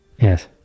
Yes